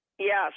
Yes